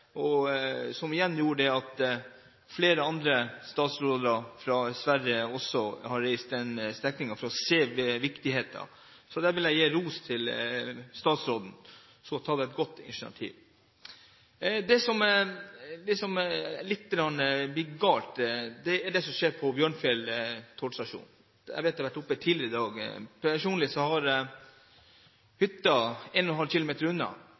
og dermed bidratt til at flere andre statsråder fra Sverige har reist denne strekningen for å oppdage viktigheten av dobbeltspor. Så der vil jeg gi ros til statsråden, som har tatt et godt initiativ. Det som blir litt galt, er det som skjer på Bjørnfjell tollstasjon. Jeg vet det har vært oppe tidligere i dag. Jeg har hytte 1,5 km unna, så jeg observerte selv i påsken trafikkø og